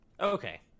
okay